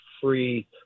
free